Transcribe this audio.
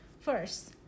First